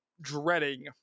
dreading